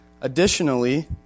Additionally